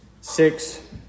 six